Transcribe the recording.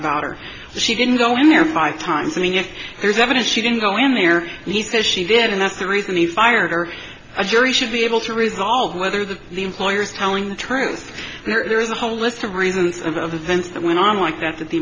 about her she didn't go in there five times and yet there's evidence she didn't go in there he says she did and that's the reason he fired or a jury should be able to resolve whether the the employer is telling the truth there is a whole list of reasons of events that went on like that that the